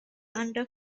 under